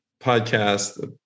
podcast